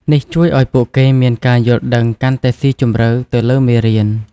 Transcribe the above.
នេះជួយឲ្យពួកគេមានការយល់ដឹងកាន់តែស៊ីជម្រៅទៅលើមេរៀន។